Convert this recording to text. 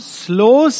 slow